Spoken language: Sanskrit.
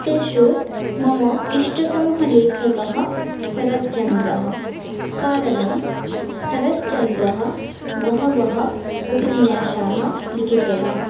तेषु मम इष्टतमः लेखकः सरच्चन्द्रः कारणं सरच्चन्द्रः बहवः उपन्यासाः लिखितवान्